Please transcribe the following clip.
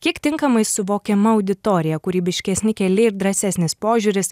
kiek tinkamai suvokiama auditorija kūrybiškesni keliai ir drąsesnis požiūris